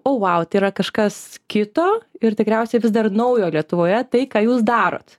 au vau tai yra kažkas kito ir tikriausiai vis dar naujo lietuvoje tai ką jūs darot